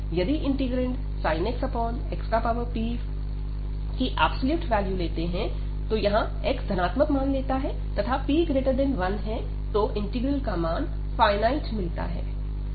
यदि integrand sin x xp की absolute value लेते हैं यहां x धनात्मक मान लेता है तथा p1 तो इंटीग्रल का मान फाईनाइट मिलता है